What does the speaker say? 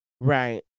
right